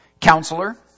Counselor